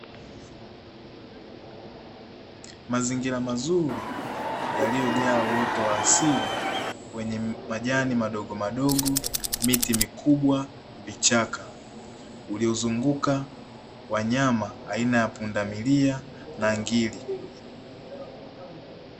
Mazingira mazuri yaliyojaa uoto wa asili wenye majani madogo madogo, miti mikubwa vichaka, uliozunguka wanyama aina ya pundamilia na ngiri.